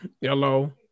Hello